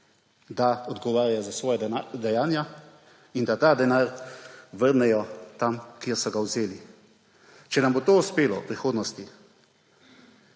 da odgovarjajo za svoja dejanja in da ta denar vrnejo tja, kjer so ga vzeli. Če nam bo to uspelo v prihodnosti,